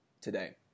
today